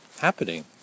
happening